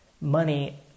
money